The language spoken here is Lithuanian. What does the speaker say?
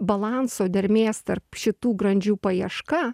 balanso dermės tarp šitų grandžių paieška